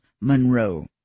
Monroe